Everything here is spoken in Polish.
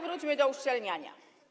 Wróćmy do uszczelniania.